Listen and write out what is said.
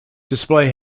display